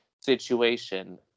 situation